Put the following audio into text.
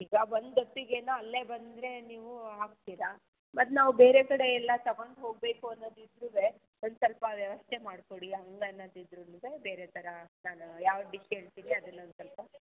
ಈಗ ಒಂದು ಹೊತ್ತಿಗೆ ನಾ ಅಲ್ಲೇ ಬಂದರೆ ನೀವು ಹಾಕ್ತೀರಿ ಮತ್ತೆ ನಾವು ಬೇರೆ ಕಡೆ ಎಲ್ಲ ತೊಗೊಂಡು ಹೋಗಬೇಕು ಅನ್ನೋದಿದ್ರೂವೇ ಒಂದು ಸ್ವಲ್ಪ ವ್ಯವಸ್ಥೆ ಮಾಡ್ಕೊಡಿ ಹಂಗೆ ಅನ್ನೋದಿದ್ರೂನುವೇ ಬೇರೆ ಥರ ನಾನು ಯಾವ ಡಿಶ್ ಹೇಳ್ತೀನಿ ಅದನ್ನೊಂದು ಸ್ವಲ್ಪ